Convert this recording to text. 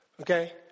okay